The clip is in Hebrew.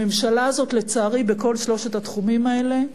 הממשלה הזאת, לצערי, בכל שלושת התחומים האלה,